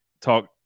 talk